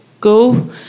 Go